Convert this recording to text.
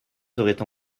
seraient